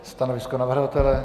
Stanovisko navrhovatele?